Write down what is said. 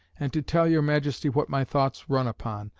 and, to tell your majesty what my thoughts run upon,